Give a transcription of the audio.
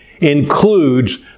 includes